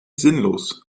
sinnlos